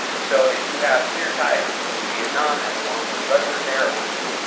so if you have clear ties to vietnam as a long-term resident there, working,